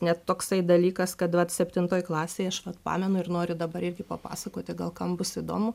net toksai dalykas kad vat septintoj klasėj aš vat pamenu ir noriu dabar irgi papasakoti gal kam bus įdomu